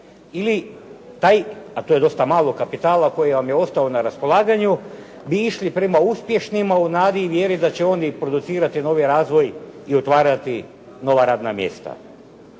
ili taj, a to je dosta malo kapitala koji vam je ostao na raspolaganju, bi išli prema uspješnima u nadi i vjeri da će oni producirati novi razvoj i otvarati nova radna mjesta.